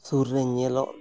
ᱥᱩᱨ ᱨᱮ ᱧᱮᱞᱚᱜ